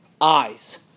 eyes